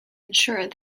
ensured